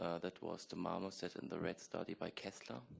ah that was the marmoset and the rat study by kessler.